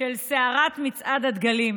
של סערת מצעד הדגלים.